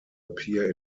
appear